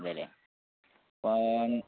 അതേ അല്ലേ അപ്പം